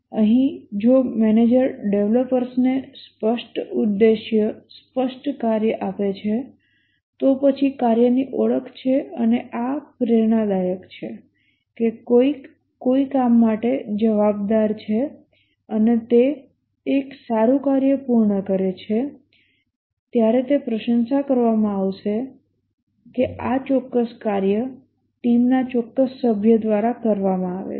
અહીં જો મેનેજર ડેવલપર્સને સ્પષ્ટ ઉદ્દેશ્ય સ્પષ્ટ કાર્ય આપે છે તો પછી કાર્યની ઓળખ છે અને આ પ્રેરણાદાયક છે કે કોઈક કોઈ કામ માટે જવાબદાર છે અને તે એક સારું કાર્ય પૂર્ણ કરે છે ત્યારે તે પ્રશંસા કરવામાં આવશે કે આ ચોક્કસ કાર્ય ટીમના ચોક્કસ સભ્ય દ્વારા કરવામાં આવે છે